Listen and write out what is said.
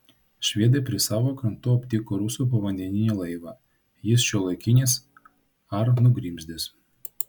švedai prie savo krantų aptiko rusų povandeninį laivą jis šiuolaikinis ar nugrimzdęs